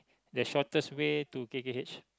the shortest way to k_k_h